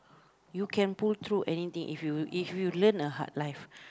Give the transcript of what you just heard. you can pull through anything if you if you learn the hard life